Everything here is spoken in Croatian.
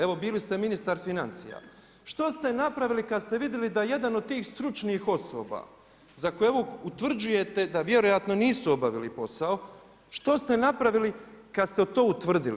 Evo bili ste ministar financija, što ste napravili kad ste vidjeli da jedan od tih stručnih osoba za kojeg utvrđujete da vjerojatno nisu obavili posao, što ste napravili kad ste to utvrdili?